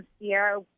Sierra